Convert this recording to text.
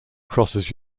crosses